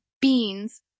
beans